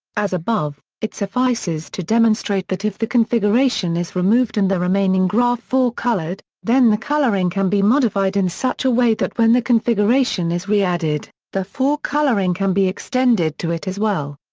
as above, it suffices to demonstrate that if the configuration is removed and the remaining graph four-colored, then the coloring can be modified in such a way that when the configuration is re-added, the four-coloring can be extended to it as well.